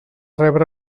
rebre